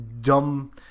dumb